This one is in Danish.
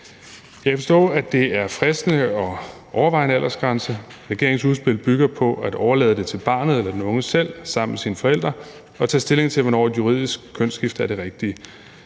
kan forstå, at det er fristende at overveje en aldersgrænse. Regeringens udspil bygger på at overlade det til barnet eller den unge selv sammen med sine forældre at tage stilling til, hvornår et juridisk kønsskifte er det rigtige,